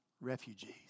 refugees